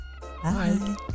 Bye